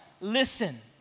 listen